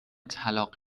طلاق